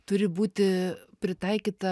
turi būti pritaikyta